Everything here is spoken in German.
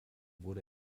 wurde